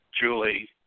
Julie